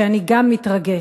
שאני גם מתרגש.